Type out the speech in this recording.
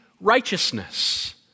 righteousness